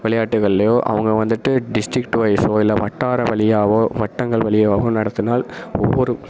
விளையாட்டுகள்லையோ அவங்க வந்துவிட்டு டிஸ்ட்ரிக்ட்டு வைஸோ இல்லை வட்டார வழியாவோ வட்டங்கள் வழியாவோ நடத்துனால் ஒவ்வொரு